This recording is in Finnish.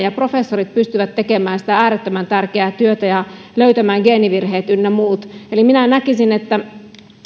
ja professorit pystyvät tekemään sitä äärettömän tärkeää työtä ja löytämään geenivirheet ynnä muut eli minä näkisin että